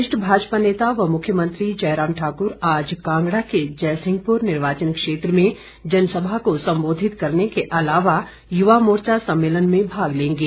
वरिष्ठ भाजपा नेता व मुख्यमंत्री जयराम ठाक्र आज कांगड़ा के जयसिंहपुर निर्वाचन क्षेत्र में जनसभा को संबोधित करने के अलावा युवा मोर्चा सम्मेलन में भाग लेंगे